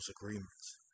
agreements